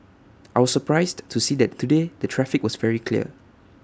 I was surprised to see that today the traffic was very clear